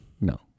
no